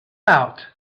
out